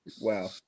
Wow